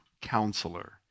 Counselor